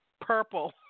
purple